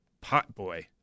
Potboy